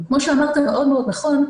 וכמו שאמרת מאוד מאוד נכון,